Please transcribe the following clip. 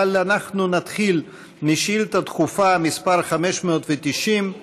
ונתחיל בשאילתה דחופה מס' 590,